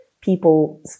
people